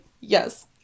Yes